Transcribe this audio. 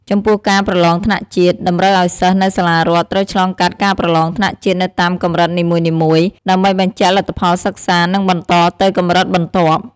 ចំពោះការប្រឡងថ្នាក់ជាតិ តម្រូវឲ្យសិស្សនៅសាលារដ្ឋត្រូវឆ្លងកាត់ការប្រឡងថ្នាក់ជាតិនៅតាមកម្រិតនីមួយៗ ដើម្បីបញ្ជាក់លទ្ធផលសិក្សា និងបន្តទៅកម្រិតបន្ទាប់។